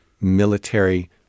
military